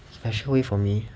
special way for me